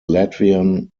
latvian